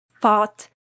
fought